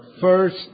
first